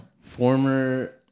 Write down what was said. Former